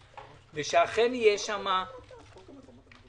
גם עם כבישי הגישה וגם עם מערכת התשתיות,